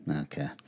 okay